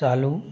चालू